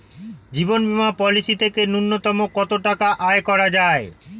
জীবন বীমা পলিসি থেকে ন্যূনতম কত টাকা আয় করা যায়?